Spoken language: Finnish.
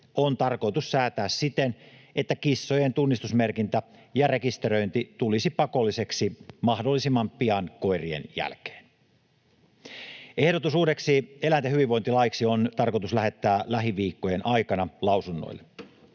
on tarkoitus säätää siten, että kissojen tunnistusmerkintä ja rekisteröinti tulisi pakolliseksi mahdollisimman pian koirien jälkeen. Ehdotus uudeksi eläinten hyvinvointilaiksi on tarkoitus lähettää lähiviikkojen aikana lausunnoille.